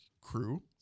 crew